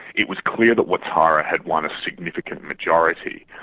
it was clear that ouattara had won a significant majority,